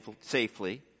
safely